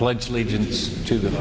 pledge allegiance to the